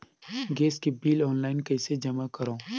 Gas के bill online कइसे जमा करव?